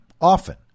often